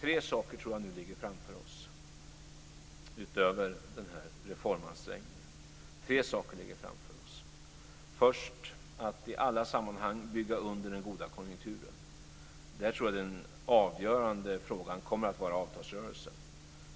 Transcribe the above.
Det ligger nu tre saker framför oss utöver reformansträngningen. Det är först att i alla sammanhang bygga under den goda konjunkturen. Där kommer den avgörande frågan att vara avtalsrörelsen.